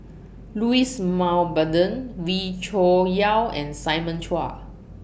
Louis Mountbatten Wee Cho Yaw and Simon Chua